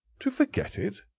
to forget it!